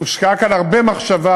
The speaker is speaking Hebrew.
הושקעה כאן הרבה מחשבה